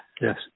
Yes